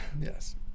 yes